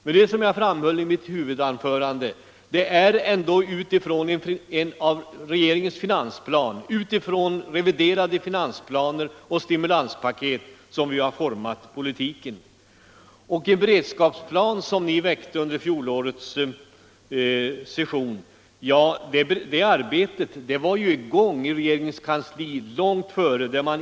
Det är ändå, som jag framhöll i mitt huvudanförande, utifrån regeringens finansplan, reviderade finansplaner och stimulanspaket som riksdagen har format politiken. Den beredskapsplan som finansutskottet förordade under fjolåret var under bearbetning inom regeringens kansli långt innan.